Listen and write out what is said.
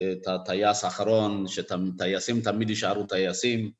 ‫את הטייס האחרון, ‫שטייסים תמיד יישארו טייסים.